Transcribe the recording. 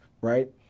right